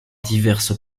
divers